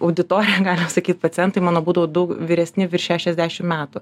auditorija galima sakyt pacientai mano būdavo daug vyresni virš šešiasdešim metų